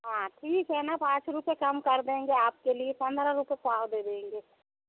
हाँ ठीक है ना पाँच रुपये कम कर देंगे आपके लिए पन्द्रह रुपये पाव दे देंगे